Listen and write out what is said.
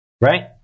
right